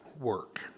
work